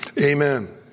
Amen